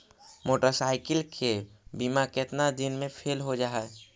Motorcycle के बिमा केतना दिन मे फेल हो जा है?